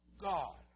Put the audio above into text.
God